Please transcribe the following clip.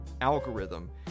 algorithm